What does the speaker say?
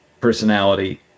personality